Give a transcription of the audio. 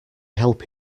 help